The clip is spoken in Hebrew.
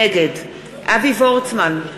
נגד אבי וורצמן,